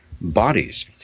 bodies